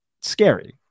scary